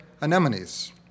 anemones